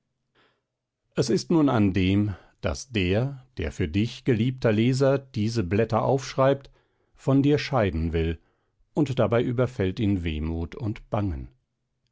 es ist nun an dem daß der der für dich geliebter leser diese blätter aufschreibt von dir scheiden will und dabei überfällt ihn wehmut und bangen